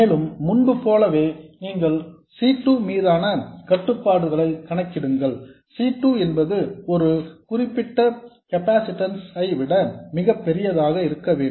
மேலும் முன்பு போலவே நீங்கள் C 2 மீதான கட்டுப்பாடுகளை கணக்கிடுங்கள் C 2 என்பது ஒரு குறிப்பிட்ட கெப்பாசிட்டன்ஸ் ஐ விட மிகப்பெரிதாக இருக்க வேண்டும்